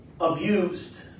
abused